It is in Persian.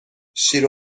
شیر